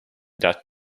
that